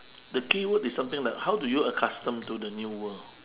the keyword is something like how do you accustom to the new world